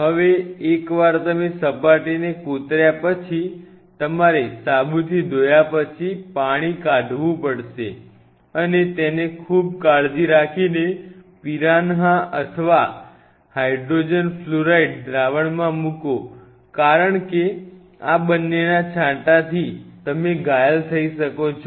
હવે એકવાર તમે સપાટીને કોતર્યા પછી તમારે સાબુથી ધોયા પછી પાણી કાઢવું પડશે અને તેને ખૂબ કાળજી રાખીને પીરાન્હા અથવા HF દ્રાવણ માં મૂકો કારણ કે આ બંનેના છાંટાથી તમે ઘાયલ થઈ શકો છો